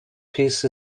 peace